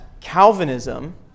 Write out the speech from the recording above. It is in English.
Calvinism